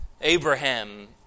Abraham